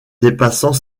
dépassant